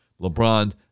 LeBron